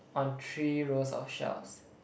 on three rows of shelves